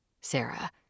Sarah